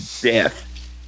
death